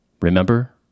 Remember